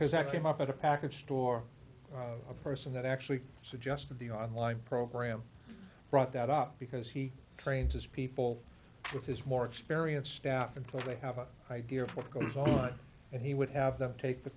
because i came up at a package store a person that actually suggested the online program brought that up because he trains as people with his more experienced staff until we have an idea of what goes on and he would have to take the